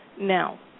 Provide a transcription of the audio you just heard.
Now